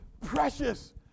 precious